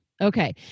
Okay